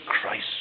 Christ